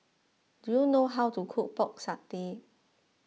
do you know how to cook Pork Satay